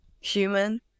human